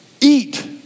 eat